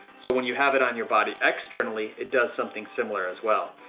so when you have it on your body externally it does something similar as well.